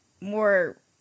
more